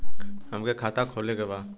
हमके खाता खोले के बा?